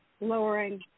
lowering